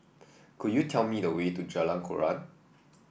could you tell me the way to Jalan Koran